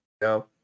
no